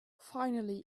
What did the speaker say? finally